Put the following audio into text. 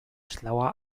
schlauer